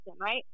right